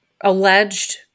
alleged